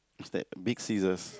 use that big scissors